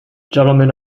gentlemen